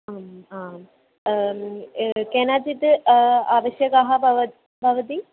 आम् आम् केनचित् आवश्यकाः बव भवन्ति